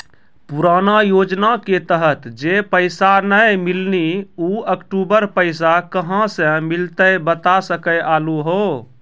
पुराना योजना के तहत जे पैसा नै मिलनी ऊ अक्टूबर पैसा कहां से मिलते बता सके आलू हो?